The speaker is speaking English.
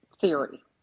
theory